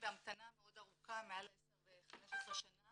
בהמתנה מאוד ארוכה מעל 10 ו-15 שנה